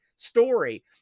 story